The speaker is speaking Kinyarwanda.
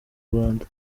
rwanda